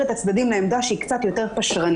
את הצדדים לעמדה שהיא קצת יותר פשרנית.